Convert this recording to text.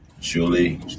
Surely